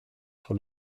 sur